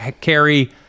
carry